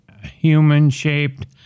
human-shaped